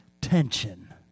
tension